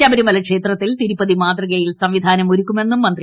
ശബരിമല ക്ഷേത്രത്തിൽ തിരുപ്പതി മാതൃകയിൽ സംവിധാനമൊരുക്കുമെന്നും മന്ത്രി